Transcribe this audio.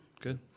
Good